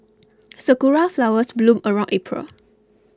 sakura flowers bloom around April